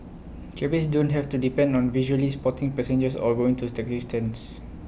cabbies don't have to depend on visually spotting passengers or going to taxi stands